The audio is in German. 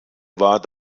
war